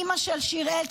אימא של שיראל,